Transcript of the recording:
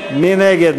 מי נגד?